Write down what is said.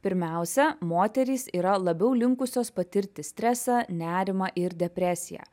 pirmiausia moterys yra labiau linkusios patirti stresą nerimą ir depresiją